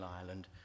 Ireland